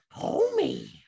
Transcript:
homie